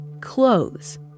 Clothes